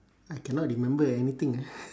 I cannot remember anything ah